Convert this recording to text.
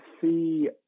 see